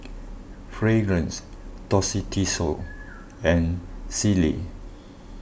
Fragrance Tostitos and Sealy